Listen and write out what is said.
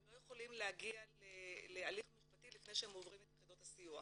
הם לא יכולים להגיע להליך משפטי לפני שהם עוברים את יחידות הסיוע.